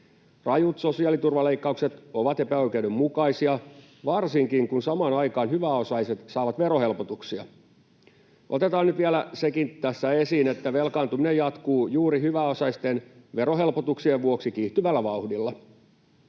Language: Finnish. Rajut sosiaaliturvaleikkaukset ovat epäoikeudenmukaisia, varsinkin kun samaan aikaan hyväosaiset saavat verohelpotuksia. Otetaan nyt vielä sekin tässä esiin, että velkaantuminen jatkuu juuri hyväosaisten verohelpotuksien vuoksi kiihtyvällä vauhdilla.